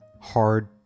hard